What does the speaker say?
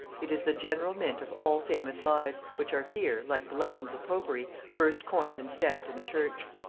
it is the general mint of all famous lies, which are here, like the legends of popery, first coined and stamped in the church.